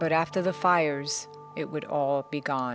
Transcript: but after the fires it would all be gone